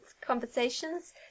conversations